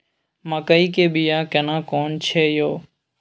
मकई के बिया केना कोन छै यो?